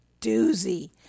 doozy